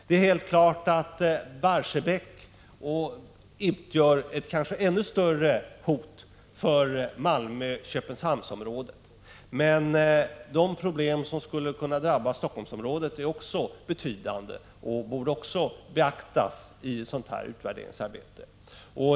Det är väl helt klart att Barsebäck utgör ett kanske ännu större hot för Malmö-Köpenhamns-området. Men de problem som skulle kunna drabba Helsingforssområdet är också betydande och borde beaktas i ett sådant här utvärderingsarbete.